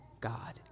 God